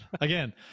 Again